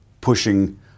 pushing